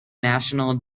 national